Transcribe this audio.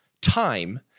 time